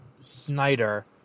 Snyder